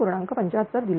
75 दिलेले आहे